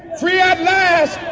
free at last.